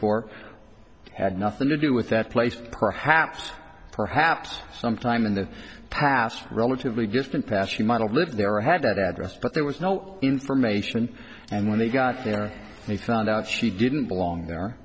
for had nothing to do with that place perhaps perhaps sometime in the past relatively distant past she might have lived there or had that address but there was no information and when they got there they found out she didn't belong there